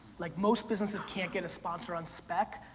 like most businesses can't get a sponsor on spec,